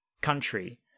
country